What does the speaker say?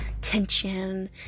tension